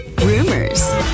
rumors